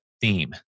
theme